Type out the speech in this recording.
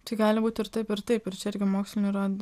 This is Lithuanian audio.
tai gali būt ir taip ir taip ir čia irgi mokslinių yra